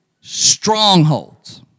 strongholds